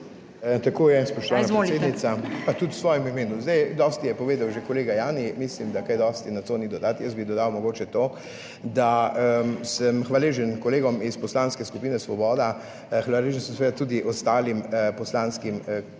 Tako je, spoštovana predsednica, pa tudi v svojem imenu. Zdaj dosti je povedal že kolega Jani, mislim, da kaj dosti na to ni dodati. Jaz bi dodal mogoče to, da sem hvaležen kolegom iz Poslanske skupine Svoboda, hvaležen sem seveda tudi ostalim poslanskim kolegicam